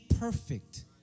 perfect